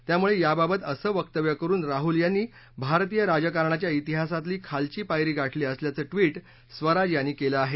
त्यामुळे याबाबत असं वक्तव्य करून राहुल यांनी भारतीय राजकारणाच्या इतिहासातली खालची पायरी गाठली असल्याचं ट्वीट स्वराज यांनी केलं आहे